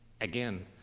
Again